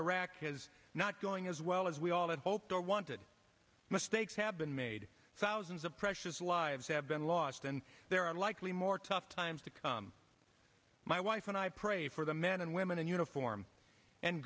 iraq is not going as well as we all hoped or wanted mistakes have been made thousands of precious lives have been lost and there are likely more tough times to come my wife and i pray for the men and women in uniform and